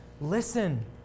listen